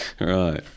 Right